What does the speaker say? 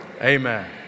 Amen